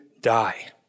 die